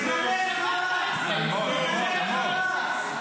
תגנה את חמאס, תגנה את חמאס.